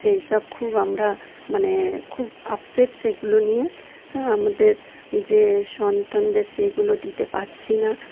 সেই সব খুব আমরা মানে খুব আপসেট সেইগুলো নিয়ে হ্যাঁ আমাদের যে সন্তানদের সেইগুলো দিতে পারছি না